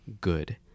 good